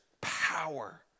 power